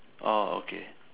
orh okay